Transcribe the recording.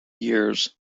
years